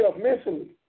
mentally